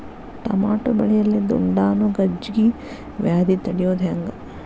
Tomato ಬೆಳೆಯಲ್ಲಿ ದುಂಡಾಣು ಗಜ್ಗಿ ವ್ಯಾಧಿ ತಡಿಯೊದ ಹೆಂಗ್?